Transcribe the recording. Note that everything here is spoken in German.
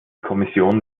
kommission